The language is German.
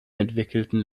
entwickelten